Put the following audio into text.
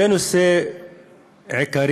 זה נושא עיקרי,